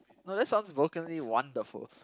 no that sounds wonderful